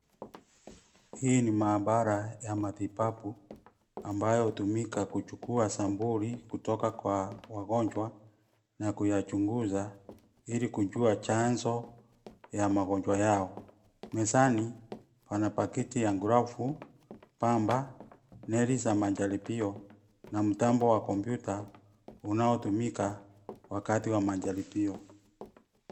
Hii ni mahabara ya matibabu ambayo hutumika kuchukua sampuli kutoka kwa wagonjwa na kuyachunguza ili kujua chanzo ya magonjwa yao. Mezani pana pakiti ya glavu, pamba, neli za majaribio na mtambo wa kompyuta, unaotumika wakati wa majaribio.